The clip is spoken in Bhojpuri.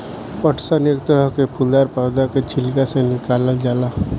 पटसन एक तरह के फूलदार पौधा के छिलका से निकालल जाला